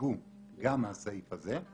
הוחרגו גם מהסעיף הזה,